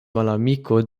malamiko